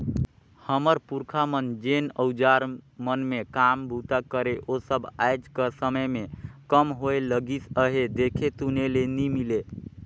हमर पुरखा मन जेन अउजार मन मे काम बूता करे ओ सब आएज कर समे मे कम होए लगिस अहे, देखे सुने ले नी मिले